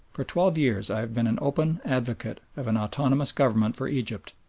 for twelve years i have been an open advocate of an autonomous government for egypt,